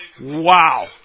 Wow